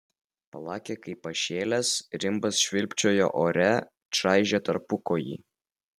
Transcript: plakė kaip pašėlęs rimbas švilpčiojo ore čaižė tarpukojį